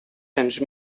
cents